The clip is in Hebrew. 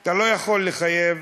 אתה לא יכול לחייב,